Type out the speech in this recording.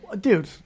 dude